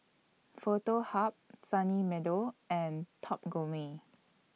Foto Hub Sunny Meadow and Top Gourmet